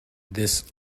this